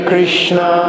Krishna